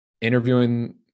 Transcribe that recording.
interviewing